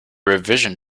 revision